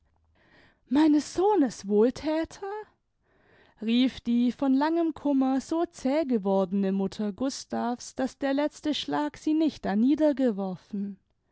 meines sohnes wohlthäter rief die von langem kummer so zäh gewordene mutter gustav's daß der letzte schlag sie nicht